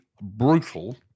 brutal